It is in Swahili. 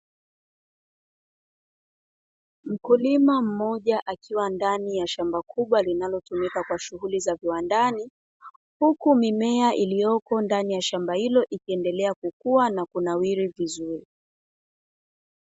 Mkulima mmoja akiwa ndani ya shambani kubwa linalotumika kwa shughuli za viwandani, uku mimea iliyopo ndani ya shamba hilo ikiendelea kukua na kunawili vizuri.